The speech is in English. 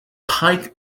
pike